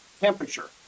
temperature